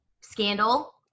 Scandal